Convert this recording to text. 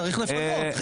צריך לפנות.